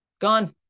gone